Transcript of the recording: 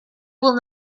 will